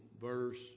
verse